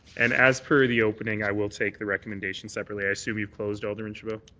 and as per the opening, i will take the recommendations separately. i assume you're opposed, alderman chabot?